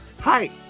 Hi